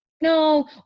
no